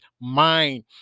mind